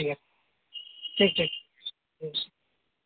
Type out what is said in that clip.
ٹھیک ہے ٹھیک ٹھیک